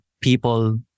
people